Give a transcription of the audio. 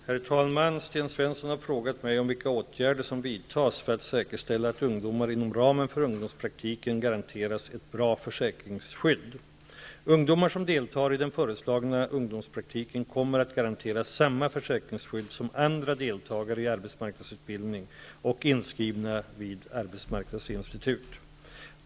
Herr talman! Sten Svensson har frågat mig vilka åtgärder som vidtas för att säkerställa att ungdomar inom ramen för ungdomspraktiken garanteras ett bra försäkringsskydd. Ungdomar som deltar i den föreslagna ungdomspraktiken kommer att garanteras samma försäkringsskydd som andra deltagare i arbetsmarknadsutbildning och inskrivna vid arbetsmarknadsinstitut.